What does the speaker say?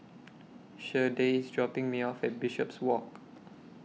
Shardae IS dropping Me off At Bishopswalk